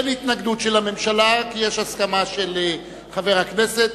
אין התנגדות של הממשלה כי יש הסכמה של חבר הכנסת.